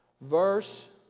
verse